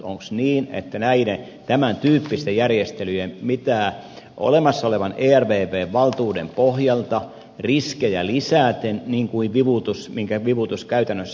onko niin että tämäntyyppisten järjestelyjen tiellä olemassa olevan ervvn valtuuden pohjalta ja riskejä lisäten minkä vivutus käytännössä aiheuttaa